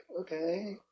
okay